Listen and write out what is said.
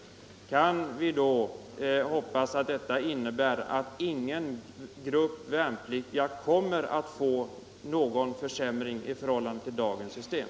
Kan vi då hoppas att detta innebär att ingen grupp värnpliktiga kommer att få någon försämring i förhållande till dagens system?